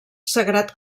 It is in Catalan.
sagrat